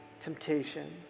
Temptation